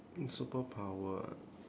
superpower ah